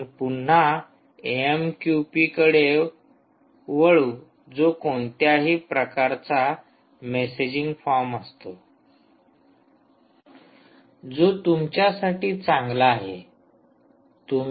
पण पुन्हा आपण एएमक्यूपी कडे वळू जो कोणत्याही प्रकारचा मेसेजिंग फॉर्म असतो जो तुमच्यासाठी चांगला आहे